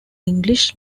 english